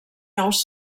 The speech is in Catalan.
nous